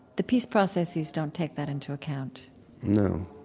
the peace processes don't take that into account no,